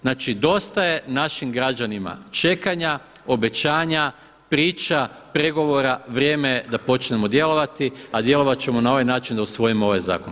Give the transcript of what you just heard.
Znači dosta je našim građanima čekanja, obećanja, priča, pregovora, vrijeme je da počnemo djelovati a djelovati ćemo na ovaj način da usvojimo ovaj zakon.